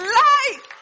life